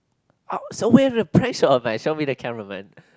I'll so where the pressure of mine show me the camera man